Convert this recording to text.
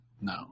no